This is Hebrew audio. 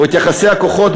או את יחסי הכוחות,